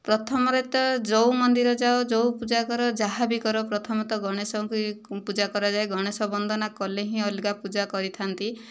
ପ୍ରଥମରେ ତ ଯେଉଁ ମନ୍ଦିର ଯାଅ ଯେଉଁ ପୂଜା କର ଯାହା ବି କର ପ୍ରଥମେ ତ ଗଣେଶଙ୍କୁ ହିଁ ପୂଜା କରାଯାଏ ଗଣେଶ ବନ୍ଦନା କଲେ ହିଁ ଅଲଗା ପୂଜା କରିଥାନ୍ତି